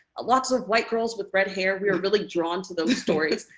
ah lots of white girls with red hair. we were really drawn to those stories.